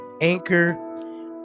Anchor